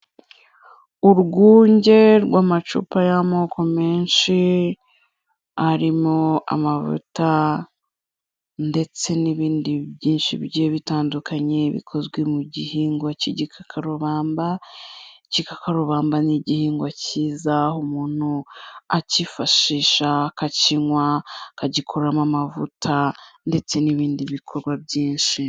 Urwunge rw'amacupa y'amoko menshi arimo amavuta ndetse n'ibindi byinshi bigiye bitandukanye bikozwe mu gihingwa cy'igikakarubamba, ikikakarubamba ni igihingwa cyiza, umuntu akifashisha akakinywa, akagikoramo amavuta, ndetse n'ibindi bikorwa byinshi.